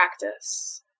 practice